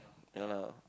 ya lah